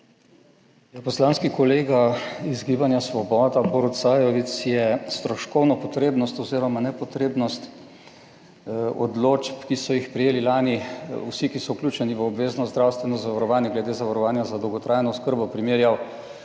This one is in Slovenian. Poslanski kolega iz Gibanja Svoboda, Borut Sajovic, je stroškovno potrebnost oziroma nepotrebnost odločb, ki so jih prejeli lani vsi, ki so vključeni v obvezno zdravstveno zavarovanje, glede zavarovanja za dolgotrajno oskrbo primerjal